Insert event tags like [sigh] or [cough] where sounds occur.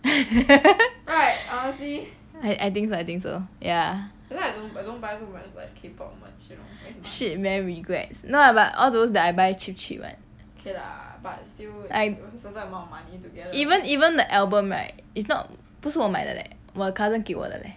[laughs] I think so I think so ya shit man regrets but no lah all those that I buy cheap cheap [one] I even even the album right it's not 不是我买的 leh 我 cousin 给我的 leh